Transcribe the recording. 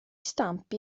stamp